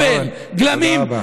זבל, גלמים, אורן, תודה רבה.